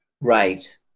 Right